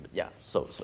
yeah, so so.